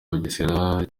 bugesera